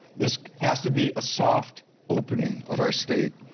this has to be a soft opening of our state.